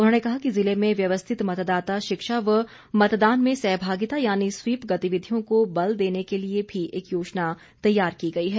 उन्होंने कहा कि जिले में व्यवस्थित मतदाता शिक्षा व मतदान में सहभागिता यानि स्वीप गतिविधियों को बल देने के लिए भी एक योजना तैयार की गई है